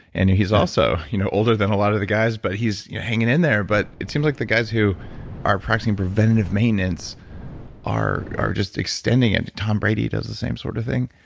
and he's also you know older than a lot of the guys, but he's hanging in there. but it seems like the guys who are practicing preventative maintenance are are just extending. and tom brady does the same sort of thing.